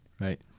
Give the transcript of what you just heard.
Right